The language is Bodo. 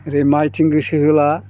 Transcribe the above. ओरै माइथिं गोसो होला